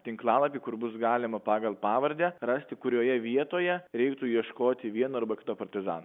tinklalapį kur bus galima pagal pavardę rasti kurioje vietoje reiktų ieškoti vieno arba kito partizano